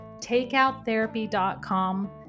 takeouttherapy.com